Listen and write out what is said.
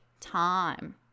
time